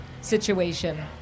situation